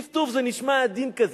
טפטוף זה נשמע עדין כזה.